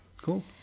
cool